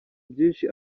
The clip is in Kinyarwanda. byinshi